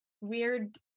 weird